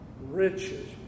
riches